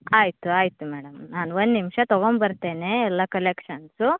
ಆಯಿತು ಆಯಿತು ಮೇಡಮ್ ನಾನು ಒಂದು ನಿಮಿಷ ತೊಗೊಂಬರ್ತೇನೆ ಎಲ್ಲ ಕಲೆಕ್ಷನ್ಸು